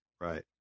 Right